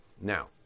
Now